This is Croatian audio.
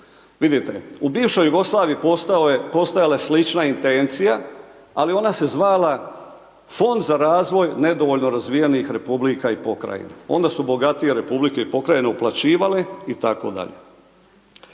postojao je, postojala je slična intencija, ali ona se zvala Fond za razvoj nedovoljno razvijenih Republika i Pokrajina, onda su bogatije Republike i Pokrajine uplaćivale i